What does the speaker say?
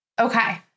Okay